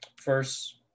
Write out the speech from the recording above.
First